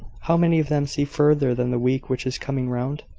how many of them see further than the week which is coming round?